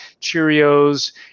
Cheerios